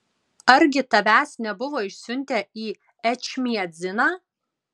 argi tavęs nebuvo išsiuntę į ečmiadziną